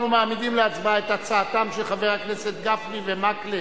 אנחנו מעמידים להצבעה את הצעתם של חברי הכנסת גפני ומקלב,